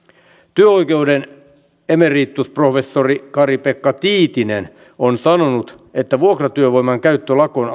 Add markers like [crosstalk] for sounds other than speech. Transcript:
työoikeuden emeritusprofessori kari pekka tiitinen on sanonut että vuokratyövoiman käyttö lakon [unintelligible]